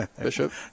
Bishop